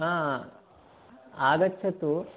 हा आगच्छतु